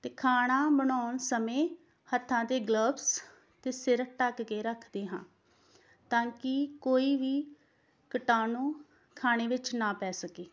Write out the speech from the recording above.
ਅਤੇ ਖਾਣਾ ਬਣਾਉਣ ਸਮੇਂ ਹੱਥਾਂ 'ਤੇ ਗਲੱਵਜ ਅਤੇ ਸਿਰ ਢੱਕ ਕੇ ਰੱਖਦੇ ਹਾਂ ਤਾਂ ਕਿ ਕੋਈ ਵੀ ਕੀਟਾਣੂ ਖਾਣੇ ਵਿੱਚ ਨਾ ਪੈ ਸਕੇ